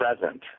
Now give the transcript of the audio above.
present